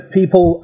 people